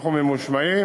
אנחנו ממושמעים.